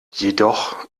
jedoch